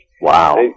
Wow